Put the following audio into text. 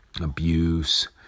abuse